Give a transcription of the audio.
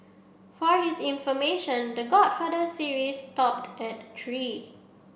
for his information The Godfather series stopped at three